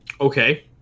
Okay